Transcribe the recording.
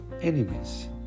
enemies